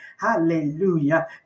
Hallelujah